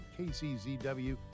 KCZW